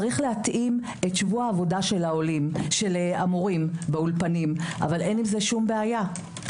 צריך להתאים את שבוע העבודה של המורים באולפנים אבל אין עם זה שום בעיה.